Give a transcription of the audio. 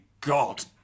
god